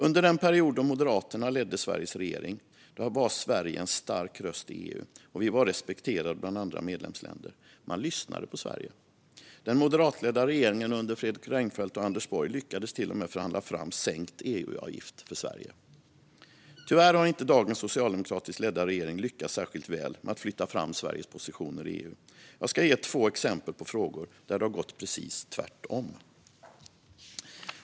Under den period då Moderaterna ledde Sveriges regering var Sverige en stark röst i EU och respekterat bland andra medlemsländer. Man lyssnade på Sverige. Den moderatledda regeringen under Fredrik Reinfeldt och Anders Borg lyckades till och med förhandla fram sänkt EU-avgift för Sverige. Tyvärr har inte dagens socialdemokratiskt ledda regering lyckats särskilt väl med att flytta fram Sveriges positioner i EU. Jag ska ge två exempel på frågor där det gått precis tvärtom.